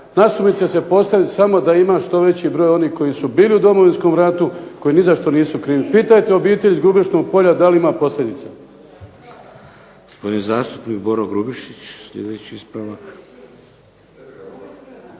nasumice se postavit samo da ima što veći broj onih koji su bili u Domovinskom ratu, koji nizašto nisu krivi. Pitajte obitelj iz Grubišnog polja da li ima posljedica.